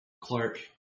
Clark